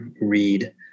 read